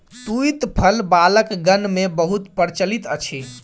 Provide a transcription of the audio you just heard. तूईत फल बालकगण मे बहुत प्रचलित अछि